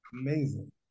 Amazing